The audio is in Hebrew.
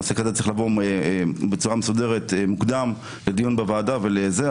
נושא כזה צריך לבוא בצורה מסודרת מוקדם לדיון בוועדה ולזה,